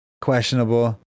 questionable